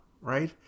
right